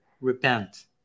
repent